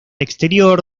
exterior